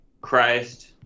Christ